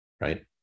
right